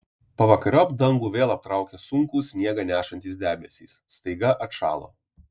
pavakariop dangų vėl aptraukė sunkūs sniegą nešantys debesys staiga atšalo